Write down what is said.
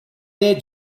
hear